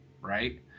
right